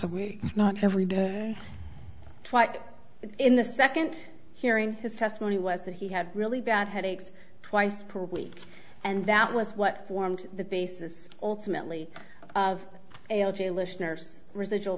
a week not every day twice but in the second hearing his testimony was that he had really bad headaches twice per week and that was what formed the basis alternately of a listener's residual